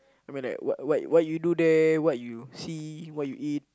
when I what what what you do there what you see what you eat